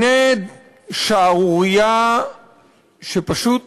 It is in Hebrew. הנה, שערורייה שפשוט